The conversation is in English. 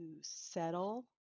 settle